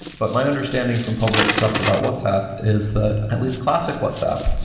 but my understanding from public stuff about whatsapp is that at least classic whatsapp,